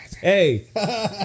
Hey